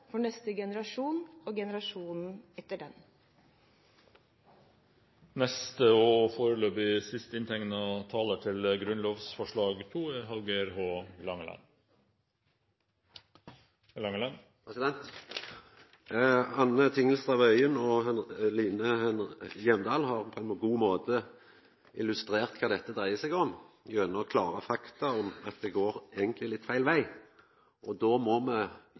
For ingen ting er viktigere enn å sikre spisskammerset for neste generasjon og generasjonene etter det. Anne Tingelstad Wøien og Line Henriette Hjemdal har på ein god måte illustrert kva dette dreiar seg om gjennom klare fakta, at det eigentleg går litt feil veg. Då må me